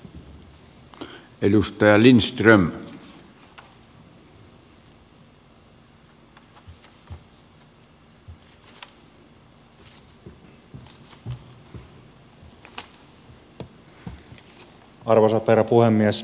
arvoisa herra puhemies